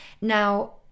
Now